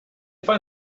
find